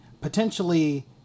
potentially